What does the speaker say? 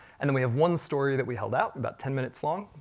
and then we have one story that we held out, about ten minutes long,